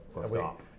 stop